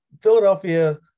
Philadelphia